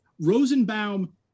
Rosenbaum